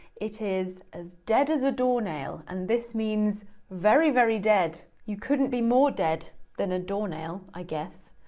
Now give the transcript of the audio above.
it is, as dead as a doornail. and this means very, very dead. you couldn't be more dead than a doornail, i guess.